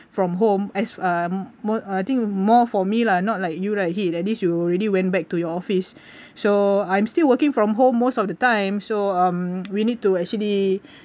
from home as a more I think more for me lah not like you right here at least you already went back to your office so I'm still working from home most of the time so um we need to actually